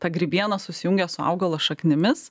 ta grybiena susijungia su augalo šaknimis